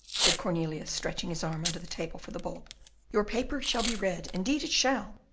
said cornelius, stretching his arm under the table for the bulb your paper shall be read, indeed it shall.